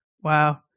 Wow